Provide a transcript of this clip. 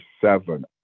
seven